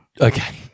Okay